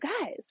guys